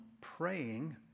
praying